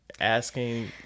Asking